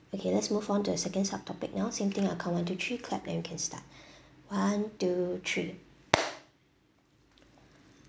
okay let's move on to the second sub topic now same thing I'll count one two three clap then we can start one two three